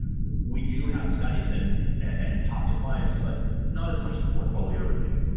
we do have skype and and talk to clients but not as much the portfolio review.